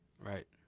Right